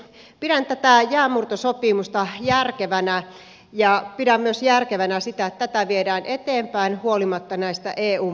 pidän tätä jäänmurtosopimusta järkevänä ja pidän myös järkevänä sitä että tätä viedään eteenpäin huolimatta näistä eun pakotteista